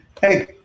hey